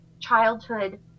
childhood